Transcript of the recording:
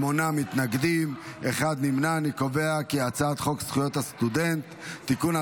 אני קובע כי הצעת חוק זכויות הסטודנט (תיקון,